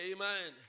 Amen